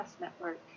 network